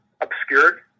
obscured